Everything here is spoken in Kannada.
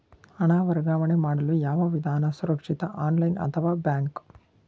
ಹಣ ವರ್ಗಾವಣೆ ಮಾಡಲು ಯಾವ ವಿಧಾನ ಸುರಕ್ಷಿತ ಆನ್ಲೈನ್ ಅಥವಾ ಬ್ಯಾಂಕ್?